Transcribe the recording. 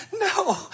no